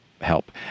help